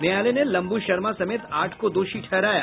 न्यायालय ने लम्बू शर्मा समेत आठ को दोषी ठहराया